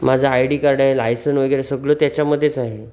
माझं I D card आहे licence वगैरे सगळं त्याच्यामध्येच आहे